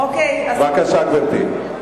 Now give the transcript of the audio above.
בבקשה, גברתי.